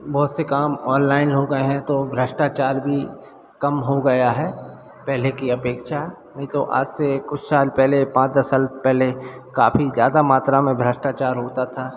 बहुत से काम ऑनलाइन हो गए हैं तो भ्रष्टाचार भी कम हो गया है पहले की अपेक्षा नहीं तो आज से कुछ साल पहले पाँच दस साल पहले काफ़ी ज़्यादा मात्रा में भ्रष्टाचार होता था